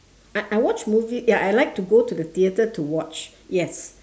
I I watch movie ya I like to go to the theatre to watch yes